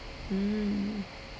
mm